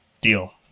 Deal